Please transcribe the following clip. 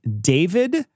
David